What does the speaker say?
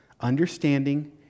understanding